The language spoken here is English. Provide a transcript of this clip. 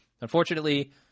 Unfortunately